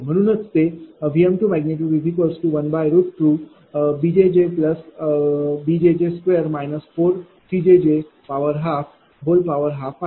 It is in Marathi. म्हणून ते Vm212bjjb2jj 4cjj1212 आहे